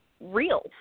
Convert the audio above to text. real